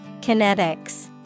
Kinetics